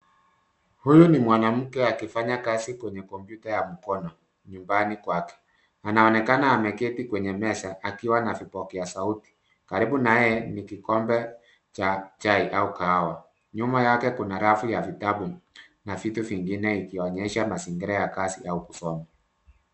Huyu ni mwanamke akifanya kazi kwenye kompyuta ya mkono nyumbani kwake. Anaonekana ameketi kwenye meza akiwa na vipokeasauti. Karibu naye ni kikombe cha chai au kahawa. Nyuma yake kuna rafu ya vitabu na vitu vingine ikionyesha mazingira ya kazi au kusoma.